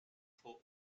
trop